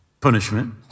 punishment